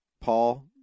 Paul